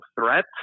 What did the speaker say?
threat